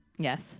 Yes